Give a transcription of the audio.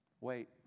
Wait